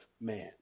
man